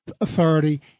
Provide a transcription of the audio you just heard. authority